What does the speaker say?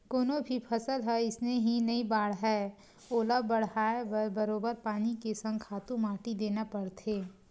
कोनो भी फसल ह अइसने ही नइ बाड़हय ओला बड़हाय बर बरोबर पानी के संग खातू माटी देना परथे